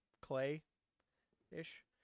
clay-ish